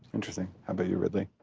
interesting. how about you, ridley?